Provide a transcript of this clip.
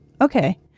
Okay